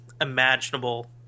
imaginable